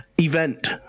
event